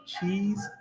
cheese